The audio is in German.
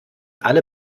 alle